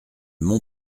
mon